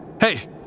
hey